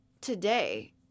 today